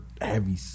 Heavy